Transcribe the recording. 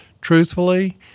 truthfully